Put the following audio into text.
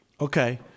Okay